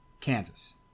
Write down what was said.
Kansas